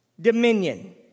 dominion